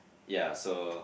ya so